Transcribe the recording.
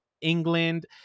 England